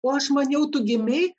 o aš maniau tu gimei